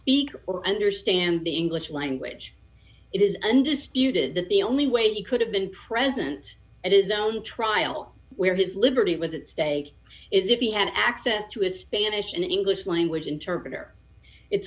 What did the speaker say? speak or understand the english language it is undisputed that the only way he could have been present at his own trial where his liberty was at stake is if he had access to a spanish and english language interpreter it's